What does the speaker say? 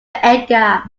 edgar